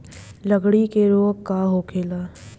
लगड़ी रोग का होखेला?